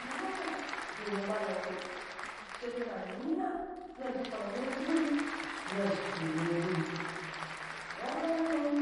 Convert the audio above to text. Yuu ƙung yaa du muɓa na yoo, shekenan yina nan shi foolee muri tii lul nan shi shuu loo lul, rabra nuŋ